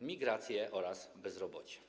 migracje oraz bezrobocie.